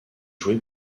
joué